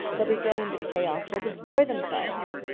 they'll be thrown into chaos. they'll destroy themselves.